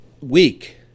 week